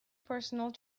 personal